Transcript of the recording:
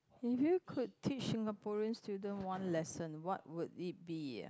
if you could teach Singaporean student one lesson what would it be